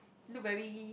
look very